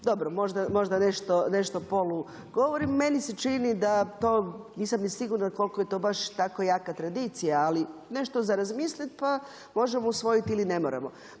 dobro, možda nešto polugovorim. Meni se čini da to, nisam ni sigurna koliko je to baš tako jaka tradicija ali nešto za razmislit pa možemo usvojiti ili ne moramo.